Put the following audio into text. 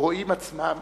רואים עצמם